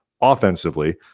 offensively